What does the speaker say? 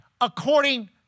according